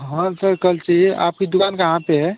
हाँ सर कल चाहिए आपकी दुकान कहाँ पर है